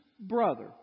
brother